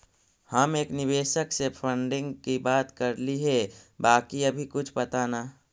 हम एक निवेशक से फंडिंग की बात करली हे बाकी अभी कुछ पता न